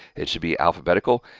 it should be alphabetical.